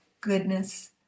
goodness